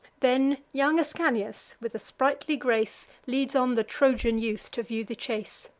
then young ascanius, with a sprightly grace, leads on the trojan youth to view the chase.